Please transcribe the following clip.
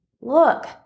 Look